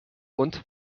und